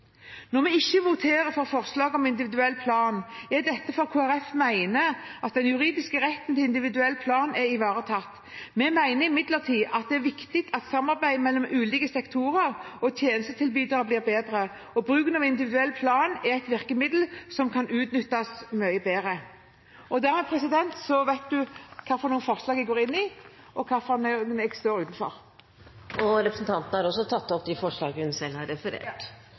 Når vi ikke voterer for forslaget om individuell plan, er det fordi Kristelig Folkeparti mener at den juridiske retten til individuell plan er ivaretatt. Vi mener imidlertid det er viktig at samarbeidet mellom ulike sektorer og tjenestetilbydere blir bedre, og bruken av individuell plan er et virkemiddel som kan utnyttes mye bedre. Da vet presidenten hvilke forslag vi går inn i, og hvilke vi står utenfor. Representanten Olaug V. Bollestad har tatt opp de forslagene hun har referert